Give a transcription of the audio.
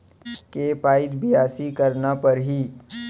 के पइत बियासी करना परहि?